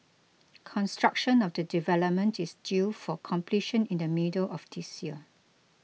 construction of the development is due for completion in the middle of this year